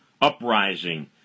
uprising